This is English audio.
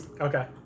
Okay